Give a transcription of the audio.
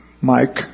Mike